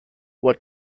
what